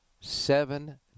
seven